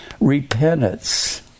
repentance